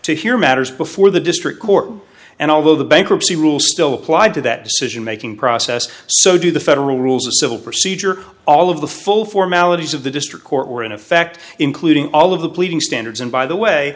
to hear matters before the district court and although the bankruptcy rules still apply to that decision making process so do the federal rules of civil procedure all of the full formalities of the district court were in effect including all of the pleading standards and by the way